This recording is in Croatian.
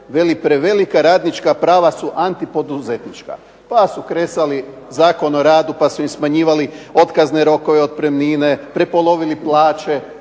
veli prevelika radnička prava su antipoduzetnička pa su kresali Zakon o radu, pa su im smanjivali otkazne rokove, otpremnine, prepolovili plaće,